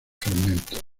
fragmentos